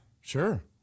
Sure